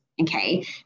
okay